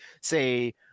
say